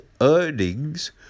earnings